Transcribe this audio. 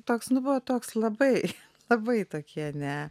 toks buvo toks labai labai tokie ne